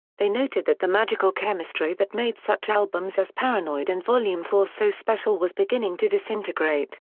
they noted that the magical chemistry that made such albums as paranoid and volume four so special was beginning to disintegrate.